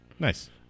Nice